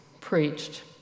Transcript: preached